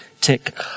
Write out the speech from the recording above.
tick